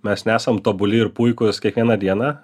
mes nesam tobuli ir puikūs kiekvieną dieną